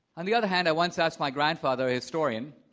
on the other hand, i once asked my grandfather, a historian,